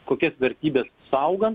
kokias vertybes saugant